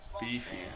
beefy